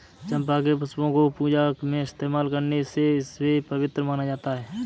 चंपा के पुष्पों को पूजा में इस्तेमाल करने से इसे पवित्र माना जाता